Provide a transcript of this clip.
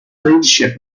leadership